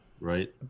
Right